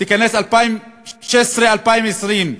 תיכנס ב-2016 2020,